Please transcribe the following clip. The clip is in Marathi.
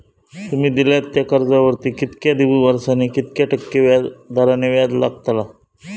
तुमि दिल्यात त्या कर्जावरती कितक्या वर्सानी कितक्या टक्के दराने व्याज लागतला?